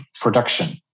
production